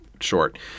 short